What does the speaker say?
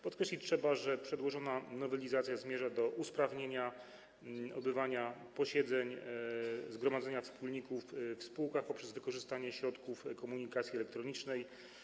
Podkreślić trzeba, że przedłożona nowelizacja zmierza do usprawnienia odbywania posiedzeń zgromadzenia wspólników w spółkach poprzez wykorzystanie środków komunikacji elektronicznej.